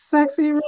Sexy